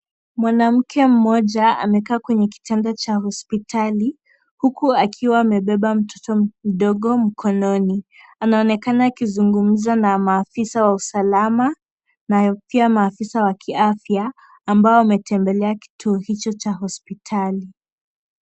Mwanamke mmoja amekaa kwenye kitanda cha hospitali, huku akiwa amebeba mtoto mdogo mkononi, anaonekana akizungumza na maafisa wa usalama, nayo pia maafisa wa afya ambao wametembelea kituo hicho cha afya.